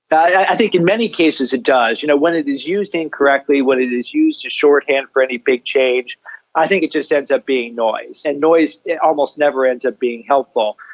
but i think in many cases it does. you know when it is used incorrectly, when it is used as shorthand for any big change i think it just ends up being noise, and noise almost never ends up being helpful.